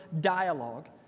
dialogue